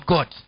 God